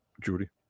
Judy